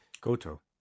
Goto